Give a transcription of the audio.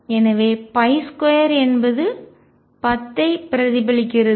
எனவே 2 என்பது 10 ஐ பிரதிபலிக்கிறது